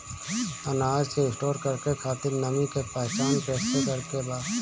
अनाज के स्टोर करके खातिर नमी के पहचान कैसे करेके बा?